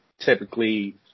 typically